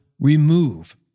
Remove